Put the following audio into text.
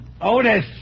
Otis